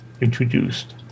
introduced